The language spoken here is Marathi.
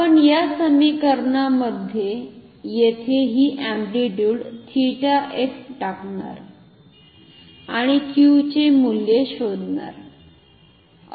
आपण या समीकरणामध्ये येथे ही अम्प्लिट्युड थीटा एफ टाकणार आणि क्यूचे मूल्य शोधणार